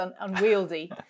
unwieldy